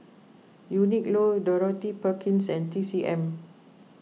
Uniqlo Dorothy Perkins and T C M